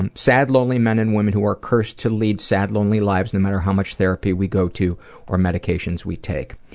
and sad lonely men and women who are cursed to lead sad, lonely lives no matter how much therapy we go to or medications we take.